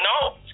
No